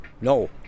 No